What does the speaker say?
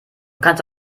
kannst